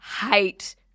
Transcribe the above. hate